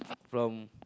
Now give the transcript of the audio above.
from